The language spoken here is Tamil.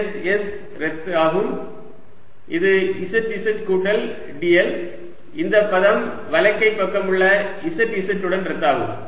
s s ரத்தாகும் இது z z கூட்டல் dl இந்த பதம் வலக்கைப் பக்கம் உள்ள z z உடன் ரத்தாகும்